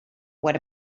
what